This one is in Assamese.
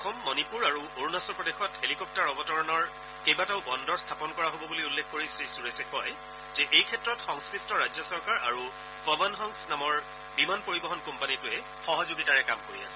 অসম মণিপুৰ আৰু অৰুণাচল প্ৰদেশত হেলিকপ্টাৰ অৱতৰণৰ কেইবাটাও বন্দৰ স্থাপন কৰা হ'ব বুলি উল্লেখ কৰি শ্ৰীসুৰেশে কয় যে এইক্ষেত্ৰত সংশ্লিষ্ট ৰাজ্য চৰকাৰ আৰু পৱনহংস নামৰ বিমান পৰিবহণ কোম্পানীটোৱে সহযোগিতাৰে কাম কৰি আছে